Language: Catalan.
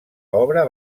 obra